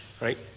right